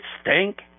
stink